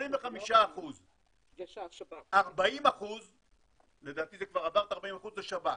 25%. 40% לדעתי זה כבר עבר את ה-40% זה שב"כ.